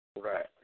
Right